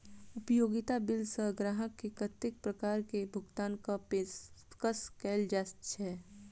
उपयोगिता बिल सऽ ग्राहक केँ कत्ते प्रकार केँ भुगतान कऽ पेशकश कैल जाय छै?